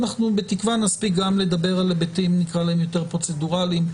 ובתקווה שגם נספיק לדבר על הביטים יותר פרוצדוראליים,